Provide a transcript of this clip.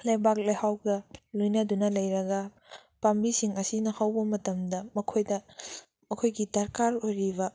ꯂꯩꯕꯥꯛ ꯂꯩꯍꯥꯎꯒ ꯂꯣꯏꯅꯗꯨꯅ ꯂꯩꯔꯒ ꯄꯥꯝꯕꯤꯁꯤꯡ ꯑꯁꯤꯅ ꯍꯧꯕ ꯃꯇꯝꯗ ꯃꯈꯣꯏꯗ ꯃꯈꯣꯏꯒꯤ ꯗꯔꯀꯥꯔ ꯑꯣꯏꯔꯤꯕ